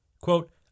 Quote